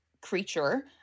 creature